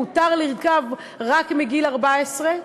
מותר לרכוב רק מגיל 14,